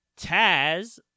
Taz